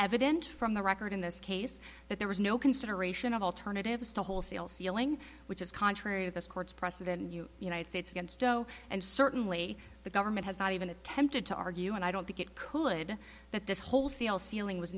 evident from the record in this case that there was no consideration of alternatives to wholesale ceiling which is contrary to this court's precedent the united states against joe and certainly the government has not even attempted to argue and i don't think it could that this whole seal ceiling was